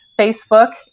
Facebook